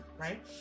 right